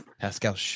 Pascal